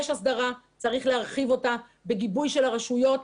יש הסדרה, צריך להרחיב אותה בגיבוי הרשויות,